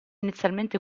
inizialmente